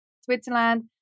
Switzerland